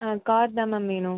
car தான் ma'am வேணும்